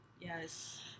Yes